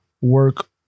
work